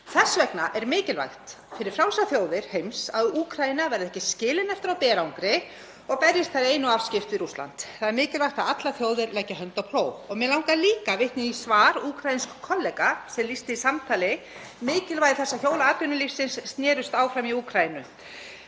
„Þess vegna er mikilvægt fyrir frjálsar þjóðir heims að Úkraína verði ekki skilin eftir á berangri og berjist þar ein og afskipt við Rússland. Það er mikilvægt að allar þjóðir leggi hönd á plóg.“ Mig langar líka að vitna í svar úkraínsks kollega sem lýsti í samtali mikilvægi þess að hjól atvinnulífsins snerust áfram í Úkraínu: